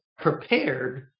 prepared